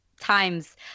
times